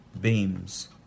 beams